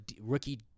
rookie